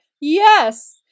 Yes